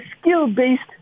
skill-based